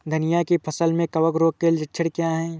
धनिया की फसल में कवक रोग के लक्षण क्या है?